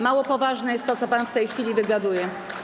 Mało poważne jest to, co pan w tej chwili wygaduje.